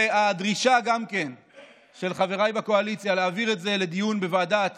וגם הדרישה של חבריי בקואליציה להעביר את זה לדיון בוועדת